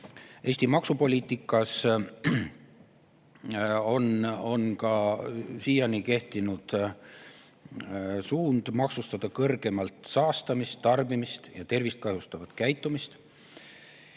Eesti maksupoliitikas on siiani kehtinud suund maksustada kõrgemalt saastavat ja tervist kahjustavat käitumist